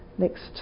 Next